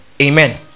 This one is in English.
Amen